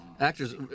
Actors